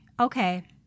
okay